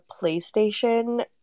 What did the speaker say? PlayStation